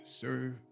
serve